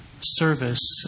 service